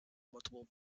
multiple